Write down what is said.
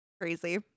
Crazy